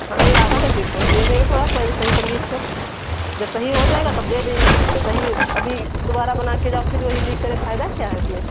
हाँ नहीं आधा नहीं दे देंगे थोड़ा पहले सही करिए इसको जब सही हो जाएगा तब दे देंगे औ सही अभी दोबारा बना के जाओ फिर वही लीक करे फायदा क्या है उसमें